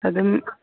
ꯑꯗꯨꯝ